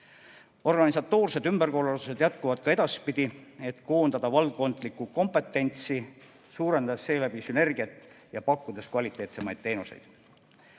Organisatoorsed ümberkorraldused jätkuvad ka edaspidi, et koondada valdkondlikku kompetentsi, suurendades selle abil sünergiat ja pakkudes kvaliteetsemaid teenuseid.2020.